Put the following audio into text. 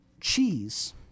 Cheese